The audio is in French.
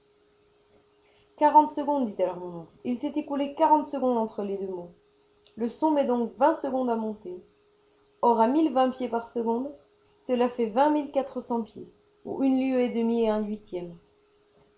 quarante secondes dit alors mon oncle il s'est écoulé quarante secondes entre les deux mots le son met donc vingt secondes à monter or à mille vingt pieds par seconde cela fait vingt mille quatre cents pieds ou une lieue et demie et un huitième